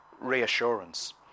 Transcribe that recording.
reassurance